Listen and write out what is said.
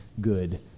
good